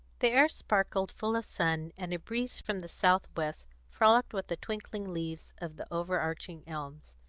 the air sparkled full of sun, and a breeze from the south-west frolicked with the twinkling leaves of the overarching elms,